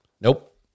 Nope